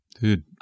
Dude